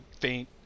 faint